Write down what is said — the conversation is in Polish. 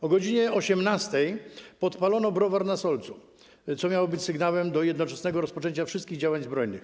O godz. 18. podpalono browar na Solcu, co miało być sygnałem do jednoczesnego rozpoczęcia wszystkich działań zbrojnych.